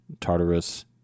Tartarus